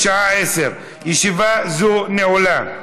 בשעה 16:00. ישיבה זו נעולה.